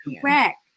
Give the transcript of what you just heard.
correct